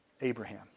Abraham